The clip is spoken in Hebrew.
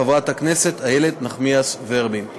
חברת הכנסת איילת נחמיאס ורבין בנושא: מחדל הבנקים במקרה של פישמן.